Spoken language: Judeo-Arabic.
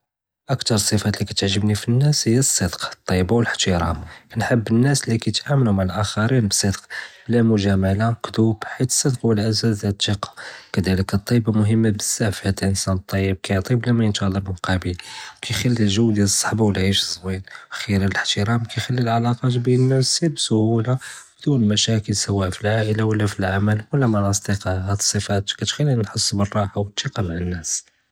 אקטאר סיפה לי כתעלבני פאלנאס היא אסדק אלטייבה ו אלאהתרם, נהב אלנאס לי יתעמלו מעא אלאחרין בסדק בלא מוג'אמלה כד'וב חית אסדק הוא אלאסאס דיעל אלתיקה כדלק אלטייבה מומנה בזאף חית אינסן טייב כיעטי בלא מינטדר מקאביל כיחלי ג'ו דיעל אלסהבה ואלעיישה זוין ו חיר אלאהתרם כיחלי אלעלאקאת בין אלנאס בקלוסולה בלא משاكل סווא פי אלעאילה ולא פאלעמל ו לא מעא אלאסדיקה האד סיפה כתחליני נהס בלארה ו אלתיקה מעא אלנאס.